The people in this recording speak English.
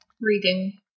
reading